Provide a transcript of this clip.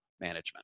Management